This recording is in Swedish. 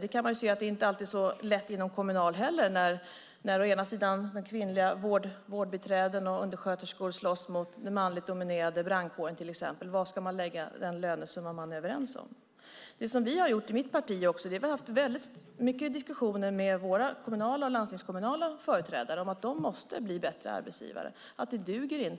Man kan se att det heller inte alltid är så lätt inom Kommunal när å ena sidan kvinnliga vårdbiträden och undersköterskor slåss mot den å andra sidan manligt dominerade brandkåren till exempel. Var ska man lägga den lönesumma man är överens om? Det vi har gjort i mitt parti är att vi har haft väldigt mycket diskussioner med våra kommunala och landstingskommunala företrädare om att de måste bli bättre arbetsgivare, att det inte duger